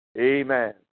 Amen